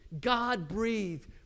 God-breathed